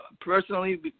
personally